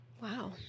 Wow